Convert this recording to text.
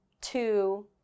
two